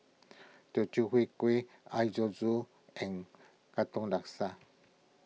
Teochew Huat Kueh Air Zam Zam and Katong Laksa